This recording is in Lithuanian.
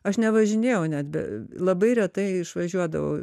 aš nevažinėjau net be labai retai išvažiuodavau